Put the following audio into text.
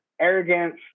arrogance